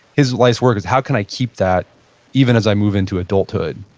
his life's work is how can i keep that even as i move into adulthood.